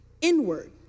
inward